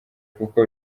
kuko